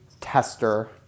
tester